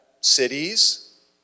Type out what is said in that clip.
cities